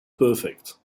perfect